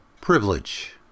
privilege